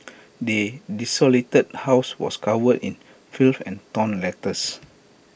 the desolated house was covered in filth and torn letters